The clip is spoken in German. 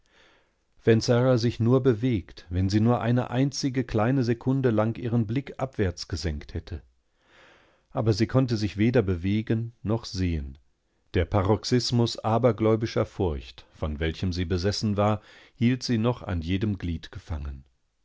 wenn sara sich nur bewegt wenn sie nur eine einzige kleine sekunde lang ihren blick abwärts gesenkt hätte aber sie konnte sich weder bewegen noch sehen der paroxismus abergläubischer furcht von welchem sie besessen war hielt sie noch an jedemgliedgefangen sie